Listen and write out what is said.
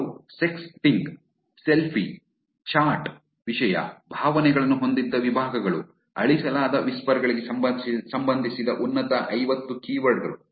ಅವರು sexting selfie chat ವಿಷಯ ಭಾವನೆಗಳನ್ನು ಹೊಂದಿದ್ದ ವಿಭಾಗಗಳು ಅಳಿಸಲಾದ ವಿಸ್ಪರ್ ಗಳಿಗೆ ಸಂಬಂಧಿಸಿದ ಉನ್ನತ ಐವತ್ತು ಕೀವರ್ಡ್ ಗಳು